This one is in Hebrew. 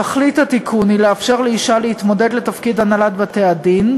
תכלית התיקון היא לאפשר לאישה להתמודד לתפקיד הנהלת בתי-הדין,